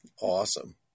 Awesome